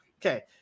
Okay